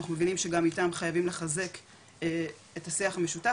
אנחנו מבינים שגם איתם חייבים לחזק את השיח המשותף